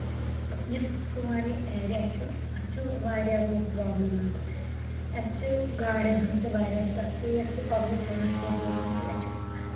یُس سون یہِ ایریا چھُ اَتھ چھِ واریاہ روڈ پروبلِمز اَتہِ چھِ گاڈٮ۪ن ہٕنٛز تہِ واریاہ سَختی اَسہِ پبلِک ٹرانسپوٹیٚشن چھِ یَتھ چھ